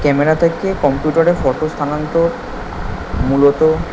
camera থেকে কম্পিউটারে photo স্থানান্তর মূলত